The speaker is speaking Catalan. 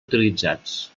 utilitzats